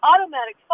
automatic